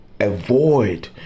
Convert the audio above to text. avoid